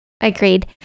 agreed